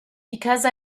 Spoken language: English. because